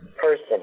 person